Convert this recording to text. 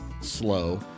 slow